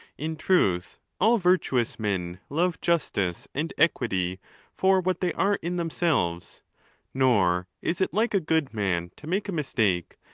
in truth, all virtuous men love justice and equity for what they are in themselves nor is it like a good man to make a mistake,